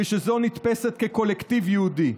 כשזו נתפסת כקולקטיב יהודי.